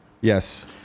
Yes